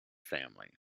family